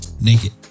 naked